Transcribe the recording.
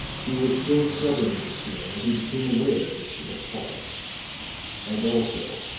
he was still struggling with this feeling when he became aware that she had paused and, also,